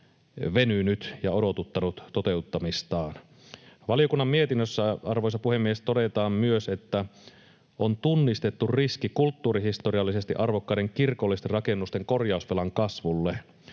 venynyt ja odotuttanut toteuttamistaan. Valiokunnan mietinnössä, arvoisa puhemies, todetaan myös, että on tunnistettu riski kulttuurihistoriallisesti arvokkaiden kirkollisten rakennusten korjausvelan kasvulle.